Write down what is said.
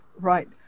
Right